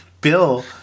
Bill